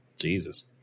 Jesus